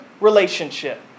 relationship